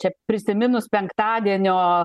čia prisiminus penktadienio